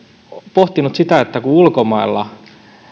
pohtinut sitä että kun ulkomailla